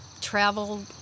travel